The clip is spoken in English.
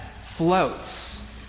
floats